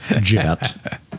Jet